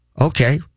okay